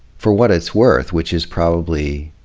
for what it's worth, which is probably